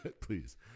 Please